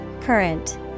Current